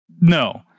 No